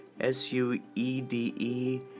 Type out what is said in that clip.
S-U-E-D-E